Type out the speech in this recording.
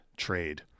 trade